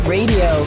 Radio